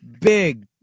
Big